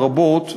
הרבות,